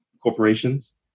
corporations